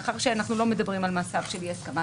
מאחר שאנחנו לא מדברים על מצב של אי הסכמה,